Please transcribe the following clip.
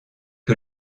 que